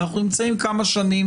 אנחנו נמצאים כמה שנים